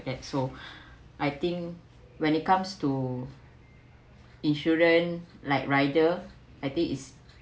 at so I think when it comes to insurance like rider I think is